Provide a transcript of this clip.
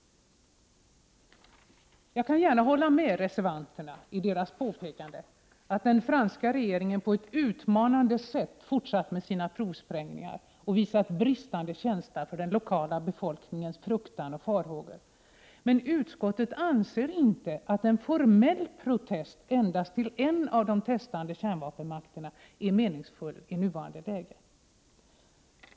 Jag kan gärna hålla med reservanterna i deras påpekande att den franska regeringen på ett utmanande sätt har fortsatt med sina provsprängningar och visat bristande känsla för den lokala befolkningens fruktan och farhågor, men utskottet anser inte att en formell protest endast till en av de testande kärnvapenmakterna är meningsfull i nuvarande läge.